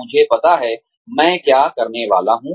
मुझे पता है मैं क्या करने वाला हूं